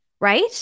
right